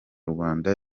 rwanda